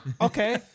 Okay